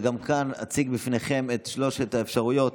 גם כאן אציג בפניכם את שלוש האפשרויות